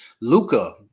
Luca